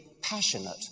passionate